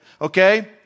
okay